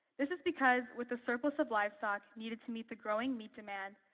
this is because with the surplus of livestock needed to meet the growing meat demand,